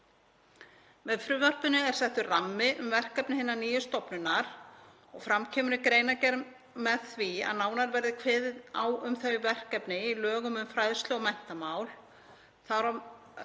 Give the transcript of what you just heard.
Með frumvarpinu er settur rammi um verkefni hinnar nýju stofnunar og fram kemur í greinargerð með því að nánar verði kveðið á um þau í lögum um fræðslu- og menntamál,